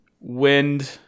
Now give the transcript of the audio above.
wind